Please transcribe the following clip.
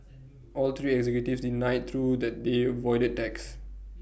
all three executives denied though that they avoided tax